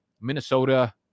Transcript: Minnesota